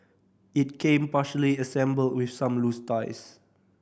it came partially assembled with some loose tiles